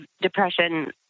depression